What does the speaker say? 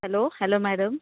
hello hello madam